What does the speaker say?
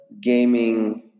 gaming